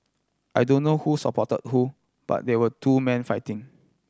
I don't know who support who but there were two men fighting